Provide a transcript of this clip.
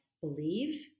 believe